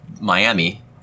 Miami